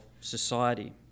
society